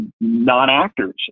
non-actors